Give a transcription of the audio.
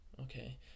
Okay